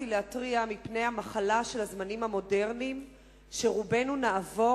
להתריע מפני המחלה של הזמנים המודרניים שרובנו נעבור,